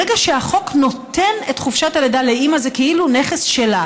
ברגע שהחוק נותן את חופשת הלידה לאימא זה כאילו נכס שלה,